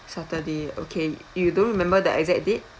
saturday okay you don't remember the exact date